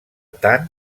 tant